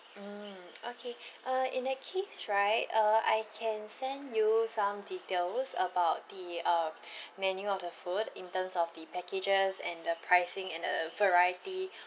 mm okay uh in that case right uh I can send you some details about the uh menu of the food in terms of the packages and the pricing and the variety